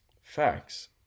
facts